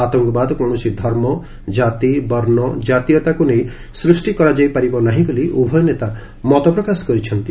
ଆତଙ୍କବାଦ କୌଣସି ଧର୍ମ ଜାତି ବର୍ଷ ଜାତୀୟତାକୁ ନେଇ ସୃଷ୍ଟି କରାଯାଇ ପରିବ ନାହିଁ ବୋଲି ଉଭୟ ନେତା ମତପ୍ରକାଶ କରିଛନ୍ତି